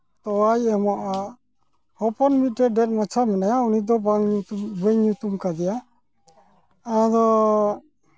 ᱛᱚᱣᱟᱭ ᱮᱢᱚᱜᱼᱟ ᱦᱚᱯᱚᱱ ᱢᱤᱫᱴᱮᱱ ᱰᱮᱡ ᱢᱟᱪᱷᱟ ᱢᱮᱱᱟᱭᱟ ᱩᱱᱤ ᱫᱚ ᱵᱟᱹᱧ ᱧᱩᱛᱩᱢ ᱠᱟᱫᱮᱭᱟ ᱟᱫᱚ